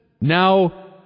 now